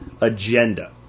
agenda